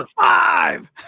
five